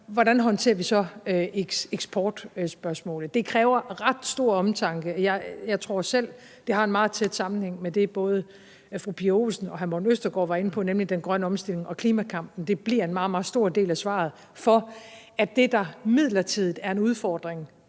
hvordan håndterer vi så eksportspørgsmålet? Det kræver ret stor omtanke. Jeg tror selv, at det har en meget tæt sammenhæng med det, både fru Pia Olsen Dyhr og hr. Morten Østergaard var inde på, nemlig den grønne omstilling og klimakampen. Det bliver en meget stor del af svaret for at sikre, at det, der midlertidigt er en udfordring